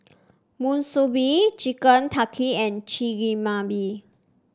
Monsunabe Chicken Tikka and Chigenabe